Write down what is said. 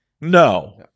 no